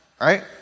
right